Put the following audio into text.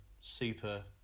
super